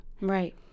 Right